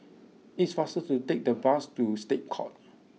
it is faster to take the bus to State Courts